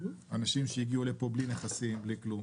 אנשים הגיעו לפה בלי נכסים, בלי כלום.